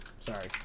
sorry